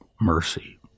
mercy